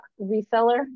reseller